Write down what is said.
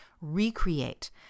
recreate